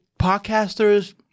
podcasters